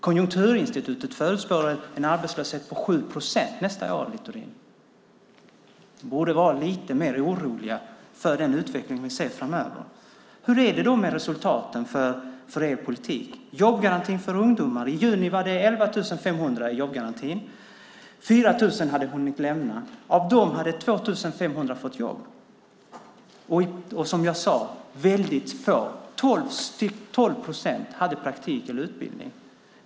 Konjunkturinstitutet förutspår en arbetslöshet på 7 procent nästa år, Littorin. Ni borde vara lite mer oroliga för den utveckling vi ser framöver. Hur är det då med resultaten för er politik? Jag tänker på jobbgarantin för ungdomar. I juni var det 11 500 i jobbgarantin. 4 000 hade hunnit lämna den. Av dem hade 2 500 fått jobb. Och som jag sade hade väldigt få, 12 procent, praktik eller utbildning.